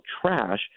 trash